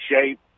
shape